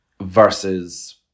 versus